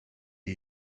est